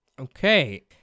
okay